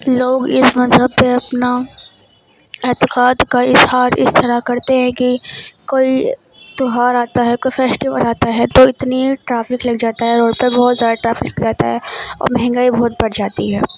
لوگ اس مذہب پہ اپنا اعتقاد کا اظہار اس طرح کرتے ہیں کہ کوئی تہوار آتا ہے کوئی فیسٹول آتا ہے تو اتنی ٹرافک لگ جاتا ہے روڈ پر بہت زیادہ ٹرافک رہتا ہے اور مہنگائی بہت بڑھ جاتی ہے